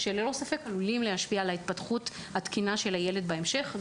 שעלולים להשפיע על ההתפתחות התקינה של הילד בהמשך.